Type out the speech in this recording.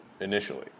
initially